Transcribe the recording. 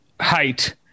height